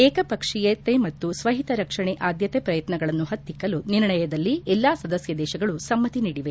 ಏಕಪಕ್ಷೀಯತೆ ಮತ್ತು ಸ್ವಹಿತ ರಕ್ಷಣೆ ಆದ್ದತೆ ಪ್ರಯತ್ನಗಳನ್ನು ಹತ್ತಿಕ್ಕಲು ನಿರ್ಣಯದಲ್ಲಿ ಎಲ್ಲಾ ಸದಸ್ನ ದೇಶಗಳು ಸಮ್ನತಿ ನೀಡಿವೆ